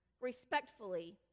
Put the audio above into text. respectfully